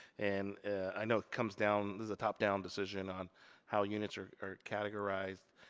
and i know it comes down, this is a top down decision on how units are are categorized.